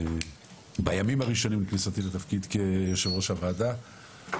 או בימים הראשונים לכניסתי לתפקיד יושב ראש הוועדה,